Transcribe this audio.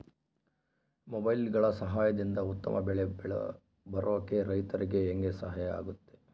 ಮೊಬೈಲುಗಳ ಸಹಾಯದಿಂದ ಉತ್ತಮ ಬೆಳೆ ಬರೋಕೆ ರೈತರಿಗೆ ಹೆಂಗೆ ಸಹಾಯ ಆಗುತ್ತೆ?